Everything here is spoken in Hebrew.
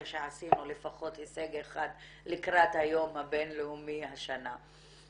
שעשינו לפחות הישג אחד לקראת היום הבין-לאומי השנה.